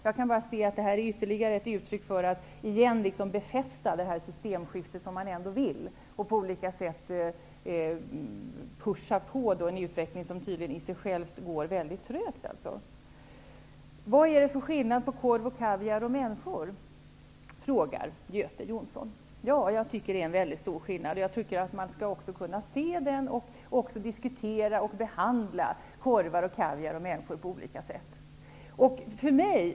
Jag kan bara se att det här är ytterligare ett uttryck för att befästa det systemskifte som man vill genomföra och på olika sätt ''pusha'' på en utveckling, som tydligen i sig själv går trögt. Vad är det för skillnad på korv, kaviar och människor, frågar Göte Jonsson. Jag tycker att det är en stor skillnad, och man skall också kunna se den och diskutera och behandla korvar, kaviar och människor på olika sätt.